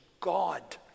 God